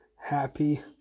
happy